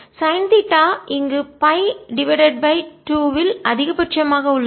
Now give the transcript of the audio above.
sign theta இங்கு pi divided by 2 ல் அதிகபட்சமாக உள்ளது